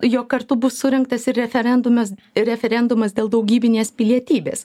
jog kartu bus surengtas ir referendumas ir referendumas dėl daugybinės pilietybės